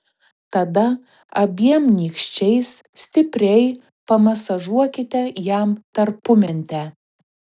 tada abiem nykščiais stipriai pamasažuokite jam tarpumentę